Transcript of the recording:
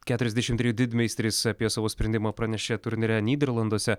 keturiasdešim trejų didmeistris apie savo sprendimą pranešė turnyre nyderlanduose